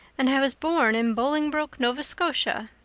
and i was born in bolingbroke, nova scotia.